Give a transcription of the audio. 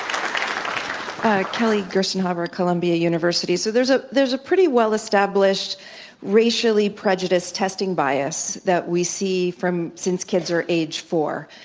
kelly gerstenhaber at columbia university. so there's a there's a pretty well established racially prejudiced testi ng bias that we see from since kids are age four.